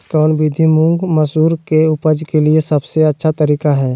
कौन विधि मुंग, मसूर के उपज के लिए सबसे अच्छा तरीका है?